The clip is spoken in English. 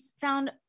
found